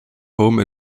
home